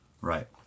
Right